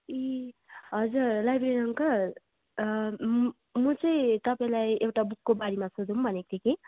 ए हजुर librarian uncle म चाहिँ तपाईँलाई एउटा बुकको बारेमा सोधौँ भनेको थिएँ कि